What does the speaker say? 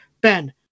Ben